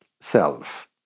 self